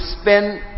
spend